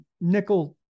nickel